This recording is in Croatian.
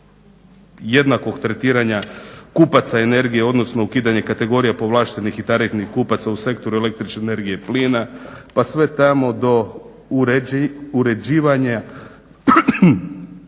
jednakog tretiranja kupaca energije, odnosno ukidanje kategorija povlaštenih i tarifnih kupaca u sektoru električne energije i plina pa sve tamo do uređivanja